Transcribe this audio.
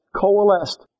coalesced